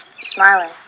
smiling